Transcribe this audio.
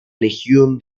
legión